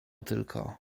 tylko